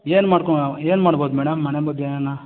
ಏನು ಮಾಡ್ಕೊಳ್ಳೋಣ ಏನು ಮಾಡ್ಬೋದು ಮೇಡಮ್ ಮನೆಮದ್ದು ಏನಾರಾ